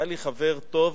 והיה לי חבר טוב,